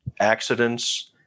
accidents